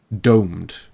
domed